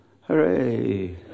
Hooray